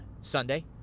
Sunday